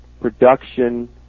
production